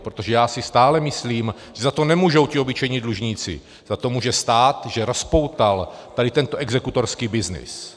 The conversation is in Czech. Protože já si stále myslím, že za to nemůžou ti obyčejní dlužníci, za to může stát, že rozpoutal tady tento exekutorský byznys.